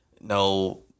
No